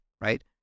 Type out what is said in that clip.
Right